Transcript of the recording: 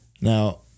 now